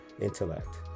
intellect